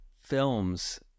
films